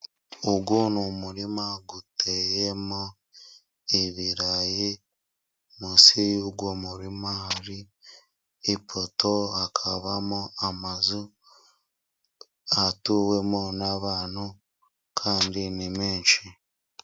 Uyu ni umurima uteyemo ibirayi, munsi y'uwo murima hari ipoto, hakabamo amazu atuwemo n'abantu, kandi ni menshi.